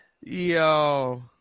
yo